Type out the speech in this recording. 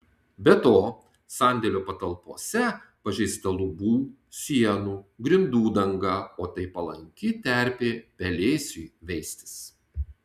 be to sandėlio patalpose pažeista lubų sienų grindų danga o tai palanki terpė pelėsiui veistis